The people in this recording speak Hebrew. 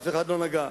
אף אחד לא נגע.